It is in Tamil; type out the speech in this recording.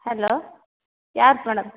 ஹலோ யார் மேடம்